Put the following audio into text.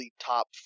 top